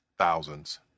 thousands